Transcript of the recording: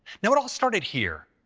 now it all started here,